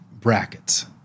brackets